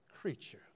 creature